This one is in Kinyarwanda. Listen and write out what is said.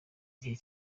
gihe